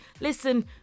listen